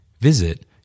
Visit